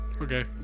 Okay